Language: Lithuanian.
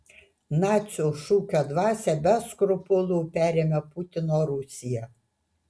nacių šūkio dvasią be skrupulų perėmė putino rusija